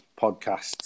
Podcasts